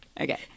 Okay